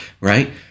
Right